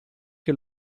che